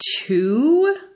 two